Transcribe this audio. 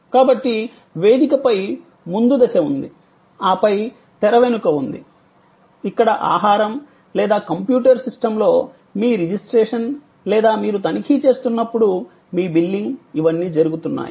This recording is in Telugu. కాబట్టి వేదికపై ముందు దశ ఉంది ఆపై తెరవెనుక ఉంది ఇక్కడ ఆహారం లేదా కంప్యూటర్ సిస్టమ్లో మీ రిజిస్ట్రేషన్ లేదా మీరు తనిఖీ చేస్తున్నప్పుడు మీ బిల్లింగ్ ఇవన్నీ జరుగుతున్నాయి